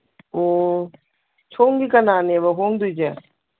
ꯑꯣ ꯁꯣꯝꯒꯤ ꯀꯅꯥꯅꯦꯕ ꯍꯣꯡꯗꯣꯏꯁꯦ